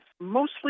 mostly